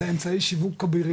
זה אמצעי שיווק אבירי,